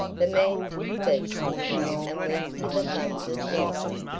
the man took these things and went to the thunder's lodge.